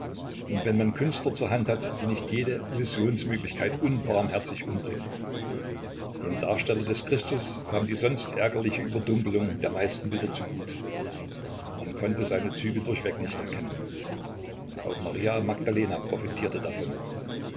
und wenn man künstler zur hand hat die nicht jede illusionsmöglichkeit unbarmherzig umbringen dem darsteller des christus kam die sonst ärgerliche überdunkelung der meisten bilder zugute man konnte seine züge durchweg nicht erkennen auch maria magdalena profitierte davon